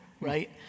right